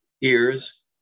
ears